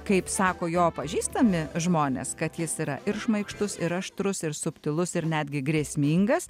kaip sako jo pažįstami žmonės kad jis yra ir šmaikštus ir aštrus ir subtilus ir netgi grėsmingas